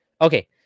okay